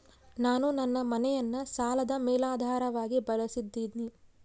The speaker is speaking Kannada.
ನಾನು ನನ್ನ ಮನೆಯನ್ನ ಸಾಲದ ಮೇಲಾಧಾರವಾಗಿ ಬಳಸಿದ್ದಿನಿ